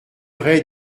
vrai